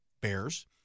Bears